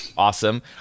awesome